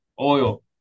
oil